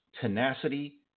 tenacity